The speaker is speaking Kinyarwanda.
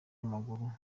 w’amaguru